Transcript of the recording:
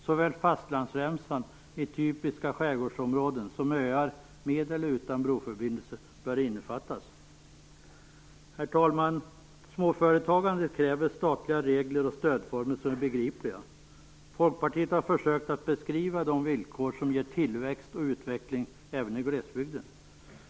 Såväl fastlandsremsan i typiska skärgårdsområden som öar, med eller utan broförbindelse, bör innefattas. Herr talman! Småföretagandet kräver statliga regler och stödformer som är begripliga. Folkpartiet har försökt att beskriva de villkor som ger tillväxt och utveckling även i glesbygden.